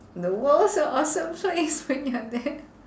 the world's a awesome place when you're there